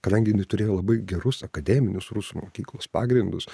kadangi jinai turėjo labai gerus akademinius rusų mokyklos pagrindus